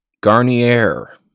Garnier